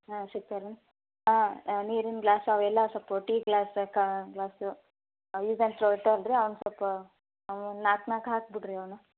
ಹಾಂ ಸಿಗ್ತೀವಿ ರೀ ಹಾಂ ನೀರಿನ ಗ್ಲಾಸ್ ಅವೆಲ್ಲ ಸ್ವಲ್ಪ ಟೀ ಗ್ಲಾಸ್ ಕ ಗ್ಲಾಸು ಯೂಸ್ ಆ್ಯಂಡ್ ತ್ರೋ ಐತಿ ಅಲ್ರೀ ಹಂಗೆ ಸ್ವಲ್ಪ ಅವು ನಾಲ್ಕು ನಾಲ್ಕು ಹಾಕಿ ಬಿಡಿರಿ ಅವನ್ನ